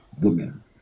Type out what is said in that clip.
women